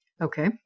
Okay